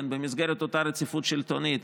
במסגרת אותה רציפות שלטונית,